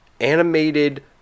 animated